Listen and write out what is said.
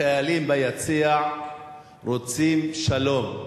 החיילים ביציע רוצים שלום,